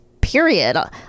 period